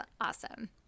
Awesome